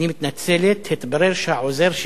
אז אפשר להתנחם בכך שהצעת החוק שלך, הצעת החוק